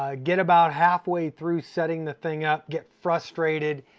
ah get about halfway through setting the thing up, get frustrated,